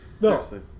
No